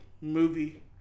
movie